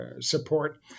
support